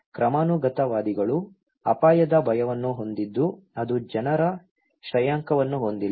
ಕ್ರಮಾನುಗತವಾದಿಗಳು ಅಪಾಯದ ಭಯವನ್ನು ಹೊಂದಿದ್ದು ಅದು ಜನರ ಶ್ರೇಯಾಂಕವನ್ನು ಹೊಂದಿಲ್ಲ